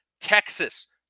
Texas